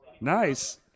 Nice